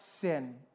sin